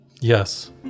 Yes